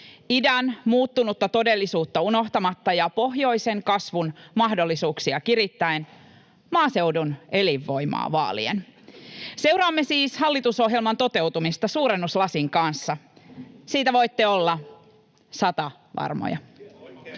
idän muuttunutta todellisuutta unohtamatta ja pohjoisen kasvun mahdollisuuksia kirittäen, maaseudun elinvoimaa vaalien. Seuraamme siis hallitusohjelman toteutumista suurennuslasin kanssa. Siitä voitte olla satavarmoja.